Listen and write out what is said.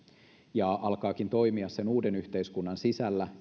ja alkaakin toimia sen uuden yhteiskunnan sisällä